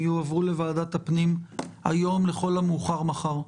יועברו לוועדת הפנים עד לכל המאוחר מחר.